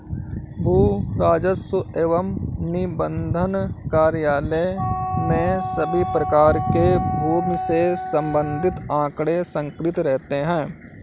भू राजस्व एवं निबंधन कार्यालय में सभी प्रकार के भूमि से संबंधित आंकड़े संकलित रहते हैं